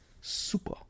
Super